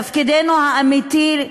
תפקידנו האמיתי,